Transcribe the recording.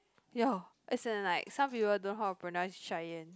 yo as in like some people don't know how to pronounce Cheyanne